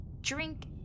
drink